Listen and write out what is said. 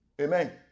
Amen